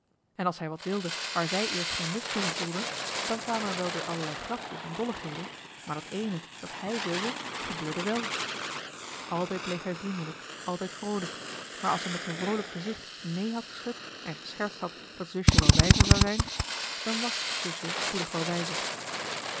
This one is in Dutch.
en als hij wat wilde waar zij eerst geen lust toe gevoelde dan kwamen er wel weer allerlei grapjes en dolligheden maar dat ééne dat hij wilde gebeurde wèl altijd bleef hij vriendelijk altijd vroolijk maar als hij met zijn vroolijk gezicht neen had geschud en geschertst had dat zusje wel wijzer zou zijn dan wàs zusje spoedig wel wijzer